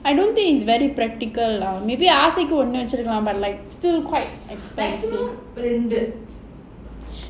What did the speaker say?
I don't think it's very practical lah maybe I ask him go and ஆசைக்கு ஒன்னு வச்சிக்கலாம்:aasaikku onnu vachikalaam but still quite expensive